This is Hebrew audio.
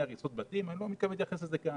הריסות בתים אני לא מתכוון להתייחס לזה כאן.